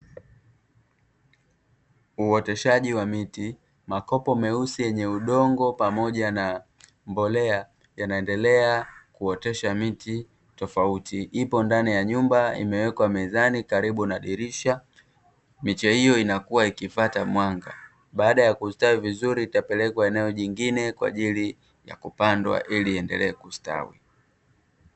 Uoteshaji wa miti, makopo meusi yenye udongo pamoja na mbolea yanaendelea kuotesha miti tofauti, ipo ndani ya nyumba imewekwa mezani karibu na dirisha, miche hiyo inakua ikifata mwanga, baada ya kustawi vizuri itapelekwa eneo jingine kwa ajili ya kupandwa ili iendelee kustawi.